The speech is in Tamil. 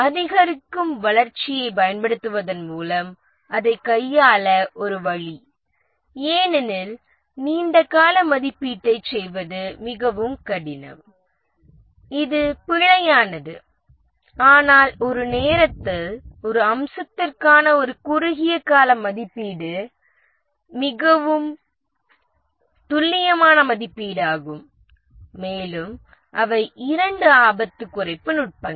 அதிகரிக்கும் வளர்ச்சியைப் பயன்படுத்துவதன் மூலம் அதைக் கையாள ஒரு வழி ஏனெனில் நீண்ட கால மதிப்பீட்டைச் செய்வது மிகவும் கடினம் இது பிழையானது ஆனால் ஒரு நேரத்தில் ஒரு அம்சத்திற்கான ஒரு குறுகிய கால மதிப்பீடு மிகவும் துல்லியமான மதிப்பீடாகும் மேலும் அவை இரண்டும் ஆபத்து குறைப்பு நுட்பங்கள்